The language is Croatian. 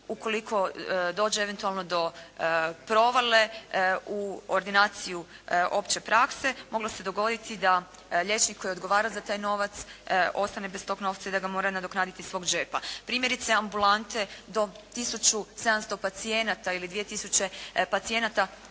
ukoliko dođe eventualno do provale u ordinaciju opće prakse, moglo se dogoditi da liječnik koji odgovara za taj novac ostane bez tog novca i da ga mora nadoknaditi iz svog džepa. Primjerice ambulante do 1700 pacijenata ili 2000 pacijenata,